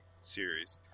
series